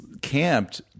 camped